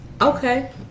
Okay